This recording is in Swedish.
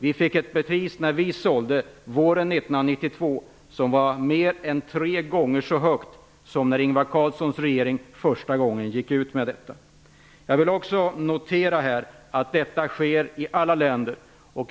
Vi fick ett bevis för det vid vår utförsäljning våren 1992, med en kurs mer än tre gånger så hög som när Ingvar Carlssons regering första gången gick ut med en försäljning. Jag vill också notera att sådant sker i alla länder.